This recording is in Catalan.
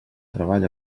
treball